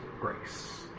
grace